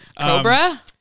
Cobra